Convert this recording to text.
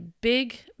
big